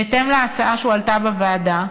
בהתאם להצעה שהועלתה בוועדה,